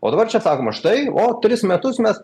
o dabar čia sakoma štai o tris metus mes